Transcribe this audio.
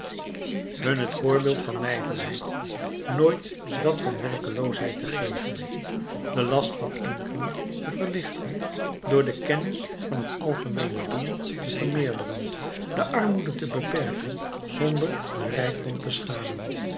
hun het voorbeeld van nijverheid nooit dat van werkeloosheid te geven den last van enkelen te verlichten door de kennis van het algemeene doel te vermeerderen de armoede te beperken zonder den rijkdom te schaden